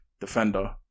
defender